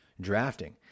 drafting